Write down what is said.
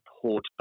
support